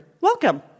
Welcome